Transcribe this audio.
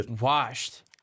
washed